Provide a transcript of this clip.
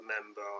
remember